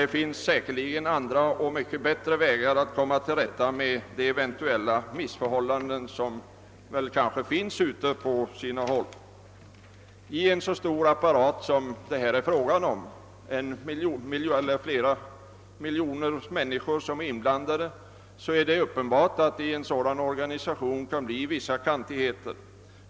Det finns säkerligen andra och mycket bättre vägar för att komma till rätta med de missförhållanden som väl kan finnas på sina håll. I en så stor apparat som det här är fråga om — flera miljoner människor är inblandade — är det uppenbart att det kan bli vissa kantigheter.